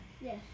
Yes